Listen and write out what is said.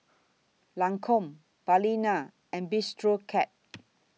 Lancome Balina and Bistro Cat